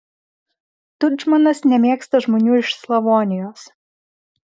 tudžmanas nemėgsta žmonių iš slavonijos